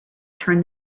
turn